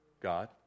God